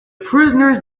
prisoners